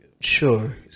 sure